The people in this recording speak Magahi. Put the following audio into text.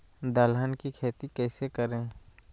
दलहन की खेती कैसे करें?